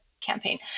campaign